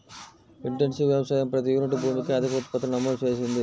intensive వ్యవసాయం ప్రతి unit భూమికి అధిక ఉత్పత్తిని నమోదు చేసింది